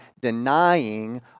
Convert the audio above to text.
denying